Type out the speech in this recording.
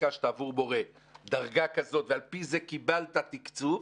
כשביקשת עבור מורה דרגה כזו ועל פי זה קיבלת תקצוב,